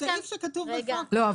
כאן --- אבל סעיף שכתוב בחוק --- לא,